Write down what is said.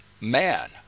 man